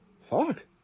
fuck